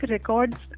Records